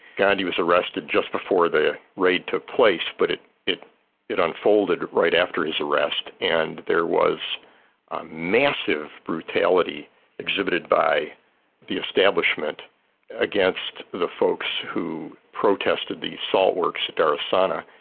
gandhi was arrested just before the raid took place but it it unfolded right after his arrest and there was a massive brutality exhibited by the establishment against the folks who protested the salt works at darshana,